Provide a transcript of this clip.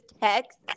text